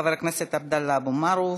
חבר הכנסת עבדאללה אבו מערוף,